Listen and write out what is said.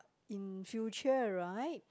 in future right